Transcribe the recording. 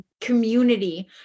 community